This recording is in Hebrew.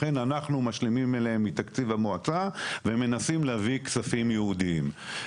לכן אנחנו משלימים אליהם מתקציב המועצה ומנסים להביא כספים ייעודיים.